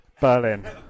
Berlin